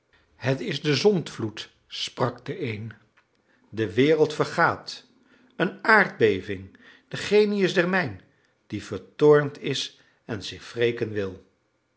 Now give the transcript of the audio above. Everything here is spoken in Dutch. het is de zondvloed sprak de een de wereld vergaat een aardbeving de genius der mijn die vertoornd is en zich wreken wil